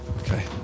Okay